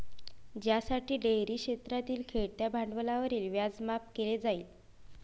ज्यासाठी डेअरी क्षेत्रातील खेळत्या भांडवलावरील व्याज माफ केले जाईल